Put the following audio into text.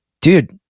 dude